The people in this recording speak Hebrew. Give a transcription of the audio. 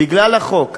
בגלל החוק.